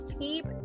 keep